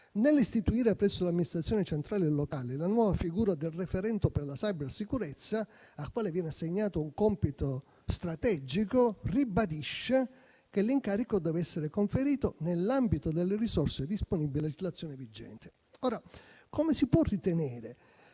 nell'istituire presso l'amministrazione centrale e locale la nuova figura del referente per la cybersicurezza, al quale viene assegnato un compito strategico, si ribadisce che l'incarico deve essere conferito nell'ambito delle risorse disponibili a legislazione vigente. Come si può ritenere